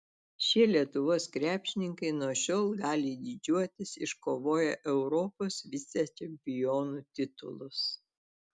šie lietuvos krepšininkai nuo šiol gali didžiuotis iškovoję europos vicečempionų titulus